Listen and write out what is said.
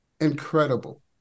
incredible